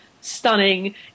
stunning